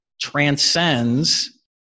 transcends